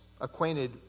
acquainted